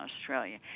Australia